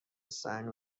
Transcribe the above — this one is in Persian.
سنگ